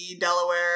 Delaware